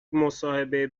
مصاحبه